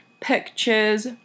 pictures